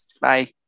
Bye